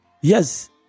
yes